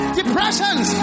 depressions